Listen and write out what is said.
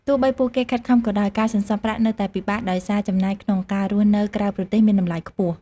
ទោះបីពួកគេខិតខំក៏ដោយ ការសន្សំប្រាក់នៅតែពិបាកដោយសារចំណាយក្នុងការរស់នៅក្រៅប្រទេសមានតម្លៃខ្ពស់។